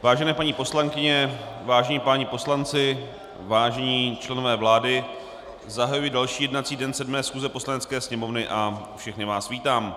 Vážené paní poslankyně, vážení páni poslanci, vážení členové vlády, zahajuji další jednací den 7. schůze Poslanecké sněmovny a všechny vás vítám.